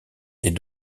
est